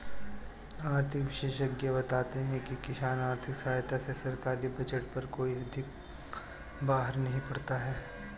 आर्थिक विशेषज्ञ बताते हैं किसान आर्थिक सहायता से सरकारी बजट पर कोई अधिक बाहर नहीं पड़ता है